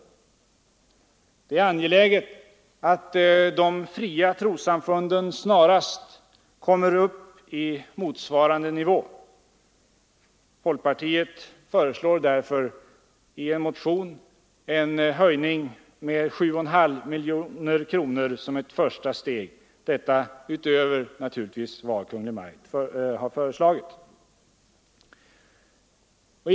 Det är angeläget att de fria trossamfunden snarast kommer upp till motsvarande proportionella nivå. Folkpartiet föreslår därför i en motion en höjning med 7,5 miljoner kronor som ett första steg — detta naturligtvis utöver vad Kungl. Maj:t har föreslagit.